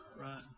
Right